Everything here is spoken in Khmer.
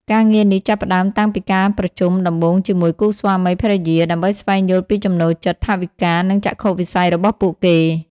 ការងារនេះចាប់ផ្តើមតាំងពីការប្រជុំដំបូងជាមួយគូស្វាមីភរិយា ដើម្បីស្វែងយល់ពីចំណូលចិត្ត ថវិកា និងចក្ខុវិស័យរបស់ពួកគេ។